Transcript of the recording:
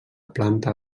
planta